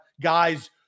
guys